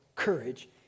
courage